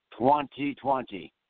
2020